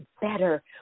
better